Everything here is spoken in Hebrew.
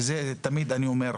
ואת זה אני תמיד אומר,